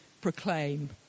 proclaim